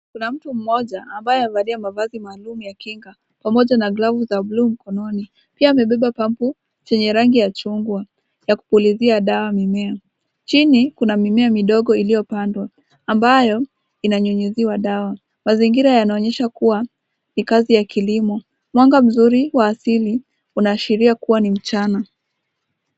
Kuna mtu mmoja ambaye amevalia mavazi maalum ya kinga pamoja na glavu za buluu mkononi. Pia amebeba pampu yenye rangi ya chungwa ya kupulizia dawa mimea. Chini kuna mimea midogo iliyopandwa ambayo inanyunyiziwa dawa. Mazingira yanaonyesha kuwa ni kazi ya kilimo. Mwanga mzuri wa asili unaashiria kuwa ni mchana.